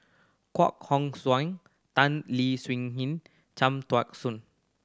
Koh Hong Tan Leo Wee Hin and Cham Tao Soon